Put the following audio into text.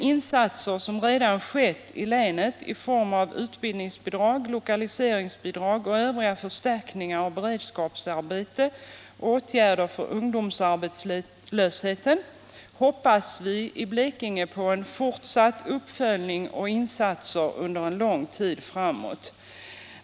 Insatser har redan gjorts i länet i form av utbildningsbidrag, lokaliseringsbidrag och övriga förstärkningar av beredskapsarbete samt åtgärder mot ungdomsarbetslösheten, och vi hoppas i Blekinge på en uppföljning och på insatser under en lång tid framåt.